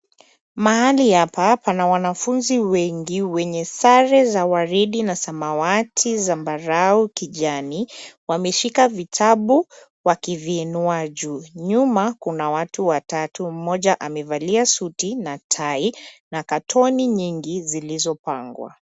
Mahali hapa pana wanafunzi wengi wenye sare za waridi na samawati zambarau kijani wameshika vitabu wakiviinua juu nyuma kuna watu wattau mmoja amevalia suti na tai na kartoni nyingi zilizopangwa.